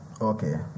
Okay